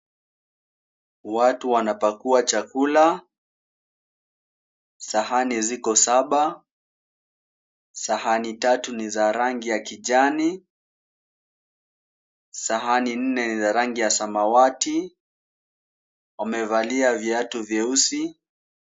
Watu wanapakua chakula. Sahani ziko saba. Sahani tatu ni za rangi ya kijani, sahani nne ni za rangi ya samawati. Wamevalia viatu vyeusi.